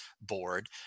Board